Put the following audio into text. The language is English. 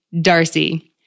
Darcy